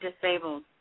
disabled